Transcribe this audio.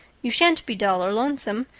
you sha'n't be dull or lonesome.